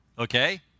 Okay